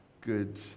good